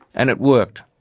and it worked.